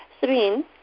Sabine